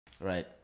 right